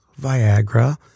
Viagra